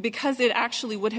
because it actually would have